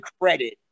credit